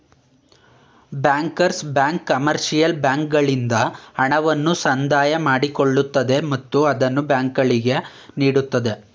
bankers bank commercial ಬ್ಯಾಂಕ್ಗಳಿಂದ ಹಣವನ್ನು ಸಂದಾಯ ಮಾಡಿಕೊಳ್ಳುತ್ತದೆ ಮತ್ತು ಅದನ್ನು ಬ್ಯಾಂಕುಗಳಿಗೆ ನೀಡುತ್ತದೆ